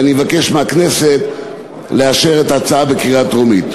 ואני מבקש מהכנסת לאשר את ההצעה בקריאה טרומית.